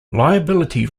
liability